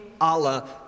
Allah